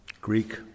Greek